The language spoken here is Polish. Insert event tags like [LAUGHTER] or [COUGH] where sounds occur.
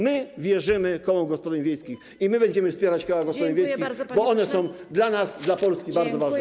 My wierzymy kołom gospodyń wiejskich [NOISE] i my będziemy wspierać koła gospodyń wiejskich, bo one są dla nas, dla Polski bardzo ważne.